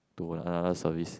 to another service